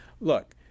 look